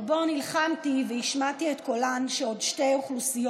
ובו נלחמתי והשמעתי את קולן של עוד שתי אוכלוסיות